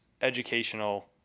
educational